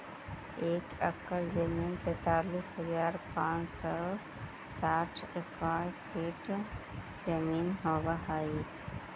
एक एकड़ जमीन तैंतालीस हजार पांच सौ साठ स्क्वायर फीट जमीन होव हई